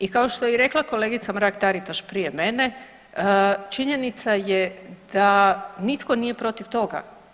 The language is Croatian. I kao što je i rekla kolegica Mrak Taritaš prije mene činjenica je da nitko nije protiv toga.